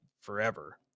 forever